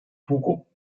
hugo